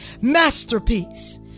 masterpiece